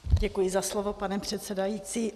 Děkuji za slovo, pane předsedající.